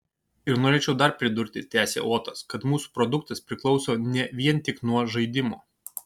ir norėčiau dar pridurti tęsė otas kad mūsų produktas priklauso ne vien tik nuo žaidimo